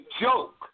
joke